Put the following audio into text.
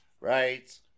Right